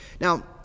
Now